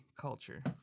culture